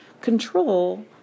Control